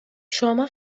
شما